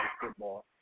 football